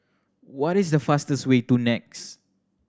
what is the fastest way to NEX